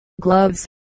gloves